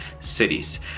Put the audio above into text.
cities